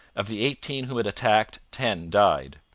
of the eighteen whom it attacked, ten died.